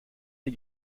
sie